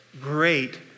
Great